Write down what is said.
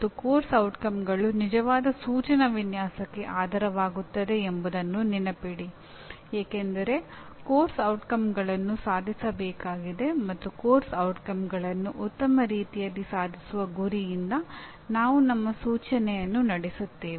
ಮತ್ತು ಪಠ್ಯಕ್ರಮದ ಪರಿಣಾಮಗಳು ನಿಜವಾದ ಸೂಚನಾ ವಿನ್ಯಾಸಕ್ಕೆ ಆಧಾರವಾಗುತ್ತವೆ ಎಂಬುದನ್ನು ನೆನಪಿಡಿ ಏಕೆಂದರೆ ಪಠ್ಯಕ್ರಮದ ಪರಿಣಾಮಗಳನ್ನು ಸಾಧಿಸಬೇಕಾಗಿದೆ ಮತ್ತು ಪಠ್ಯಕ್ರಮದ ಪರಿಣಾಮಗಳನ್ನು ಉತ್ತಮ ರೀತಿಯಲ್ಲಿ ಸಾಧಿಸುವ ಗುರಿಯಿಂದ ನಾವು ನಮ್ಮ ಸೂಚನೆಯನ್ನು ನಡೆಸುತ್ತೇವೆ